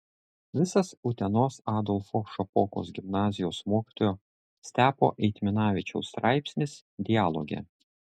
visas utenos adolfo šapokos gimnazijos mokytojo stepo eitminavičiaus straipsnis dialoge